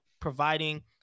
providing